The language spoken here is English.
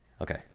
Okay